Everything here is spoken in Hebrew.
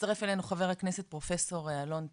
מצטרף אלינו חבר הכנסת פרופסור אלון טל,